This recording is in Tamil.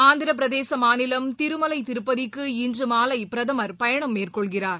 ஆந்திரபிரதேசமாநிலம் திருமலைதிருப்பதிக்கு இன்றுமாலைபிரதமர் பயணம் மேற்கொள்கிறார்